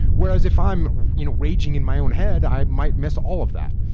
whereas if i'm you know raging in my own head, i might miss all of that.